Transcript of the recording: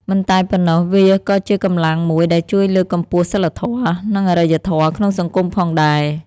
មិនតែប៉ុណ្ណោះ វាក៏ជាកម្លាំងមួយដែលជួយលើកកម្ពស់សីលធម៌ និងអរិយធម៌ក្នុងសង្គមផងដែរ។